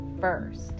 first